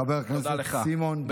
חבר הכנסת סימון דוידסון.